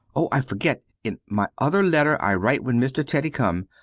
oh, i forget, in my other letter i write when mr. teddy come,